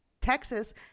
Texas